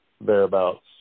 thereabouts